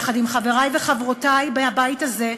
יחד עם חברי וחברותי מהבית הזה,